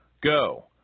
Go